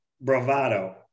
bravado